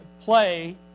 play